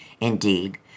Indeed